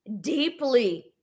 deeply